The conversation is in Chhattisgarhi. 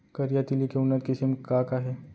करिया तिलि के उन्नत किसिम का का हे?